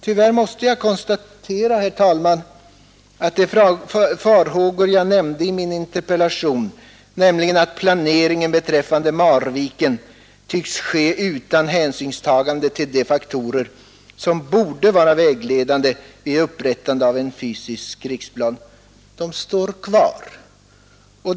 Tyvärr måste jag konstatera, herr talman, att de farhågor jag nämnde i min interpellation, nämligen att planeringen beträffande Marviken tycks ske utan hänsynstagande till de faktorer som borde vara vägledande vid upprättandet av en fysisk riksplan, står kvar.